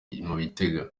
bitega